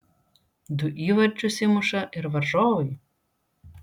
du įvarčius įmuša ir varžovai